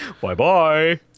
Bye-bye